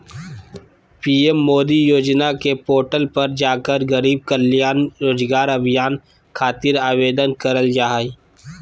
PM Modi योजना के portal पर जाकर गरीब कल्याण रोजगार अभियान खातिर आवेदन करल जा हय